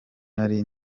nari